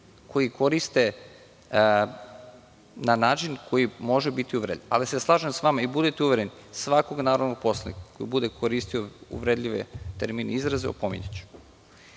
koji koriste na način koji može biti uvredljiv. Ali, slažem se sa vama. Budite uvereni, svakog narodnog poslanika koji bude koristio uvredljive termine i izraze, opominjaću. Saglasno